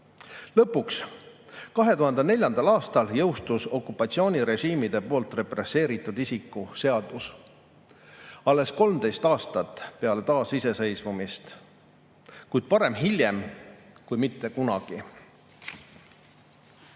2004. aastal jõustus okupatsioonirežiimide poolt represseeritud isiku seadus – alles 13 aastat peale taasiseseisvumist, kuid parem hiljem kui mitte kunagi.